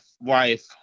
wife